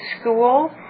school